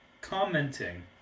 commenting